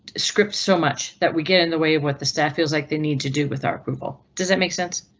script so much that we get in the way of what the staff feels like they need to do with our approval. does that make sense?